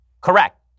Correct